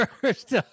First